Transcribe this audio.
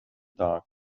dark